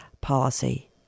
policy